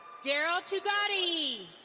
darryl tugadi.